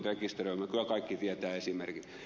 kyllä kaikki tietävät esimerkin